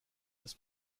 this